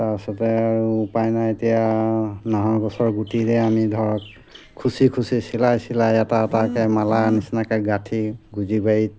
তাৰপিছতে আৰু উপায় নাই এতিয়া নাহৰ গছৰ গুটিৰে আমি ধৰক খুচি খুচি চিলাই চিলাই এটা এটাকৈ মালা নিচিনাকৈ গাঠি গুজি বাৰীত